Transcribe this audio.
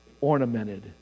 ornamented